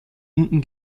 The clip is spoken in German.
unten